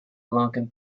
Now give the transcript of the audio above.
lankan